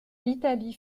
l’italie